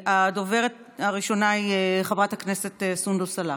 הדוברת הראשונה היא חברת הכנסת סונדוס סאלח,